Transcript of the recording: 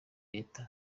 leta